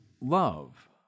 love